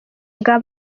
bwa